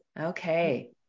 okay